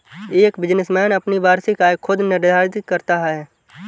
एक बिजनेसमैन अपनी वार्षिक आय खुद निर्धारित करता है